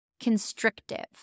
constrictive